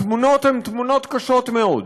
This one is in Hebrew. התמונות הן תמונות קשות מאוד.